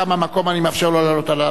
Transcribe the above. אני מאפשר לו לעלות על הדוכן,